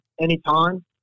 anytime